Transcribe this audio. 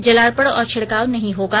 जलार्पण और छिड़काव नहीं होगा